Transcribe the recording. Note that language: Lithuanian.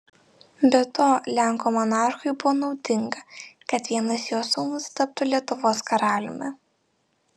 be to lenkų monarchui buvo naudinga kad vienas jo sūnus taptų lietuvos karaliumi